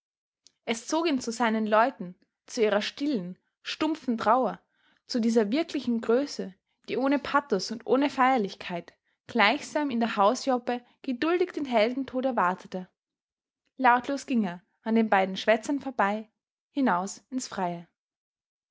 es zog ihn zu seinen leuten zu ihrer stillen stumpfen trauer zu dieser wirklichen größe die ohne pathos und ohne feierlichkeit gleichsam in der hausjoppe geduldig den heldentod erwartete lautlos ging er an den beiden schwätzern vorbei hinaus ins freie